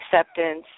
acceptance